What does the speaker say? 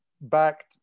backed